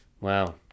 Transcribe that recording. Wow